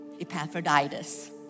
Epaphroditus